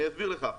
אני אסביר לך.